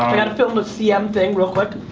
i gotta film the cm thing real quick.